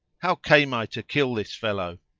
how came i to kill this fellow?